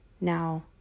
Now